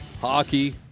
hockey